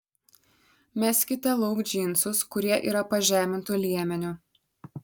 meskite lauk džinsus kurie yra pažemintu liemeniu